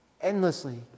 endlessly